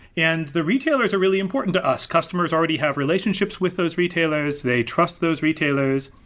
and the retailers are really important to us. customers already have relationships with those retailers, they trust those retailers,